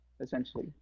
essentially